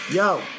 Yo